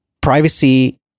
privacy